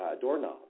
doorknob